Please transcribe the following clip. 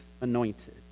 anointed